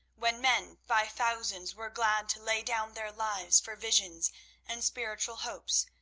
when men by thousands were glad to lay down their lives for visions and spiritual hopes,